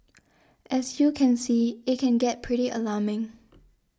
as you can see it can get pretty alarming